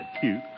cute